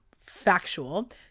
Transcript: factual